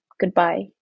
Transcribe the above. goodbye